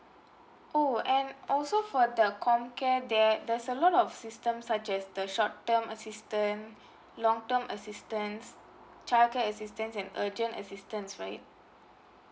oh and also for the COMCARE there there's a lot of system such as the short term assistance long term assistance childcare assistance and urgent assistance right